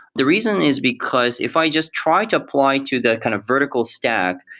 the reason is because if i just try to apply to the kind of vertical stack,